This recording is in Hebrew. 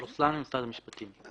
רוסלאן ממשרד המשפטים.